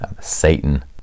Satan